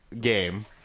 game